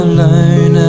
Alone